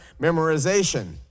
memorization